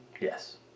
Yes